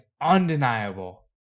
undeniable